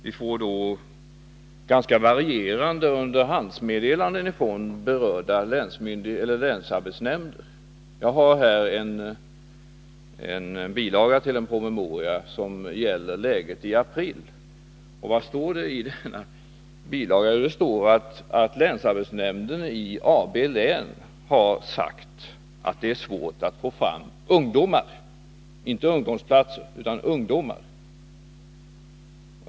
Vi får ganska varierande underhandsmeddelanden från berörda länsarbetsnämnder. Jag har här en bilaga till en promemoria som gäller läget i april. I denna bilaga står att länsarbetsnämnden i AB län har sagt att det är svårt att få fram ungdomar — inte ungdomsplatser.